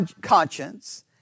conscience